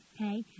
okay